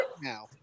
now